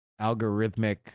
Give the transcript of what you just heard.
algorithmic